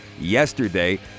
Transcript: yesterday